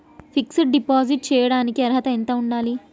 Fix డ్ deposit చేయటానికి అర్హత ఎంత ఉండాలి?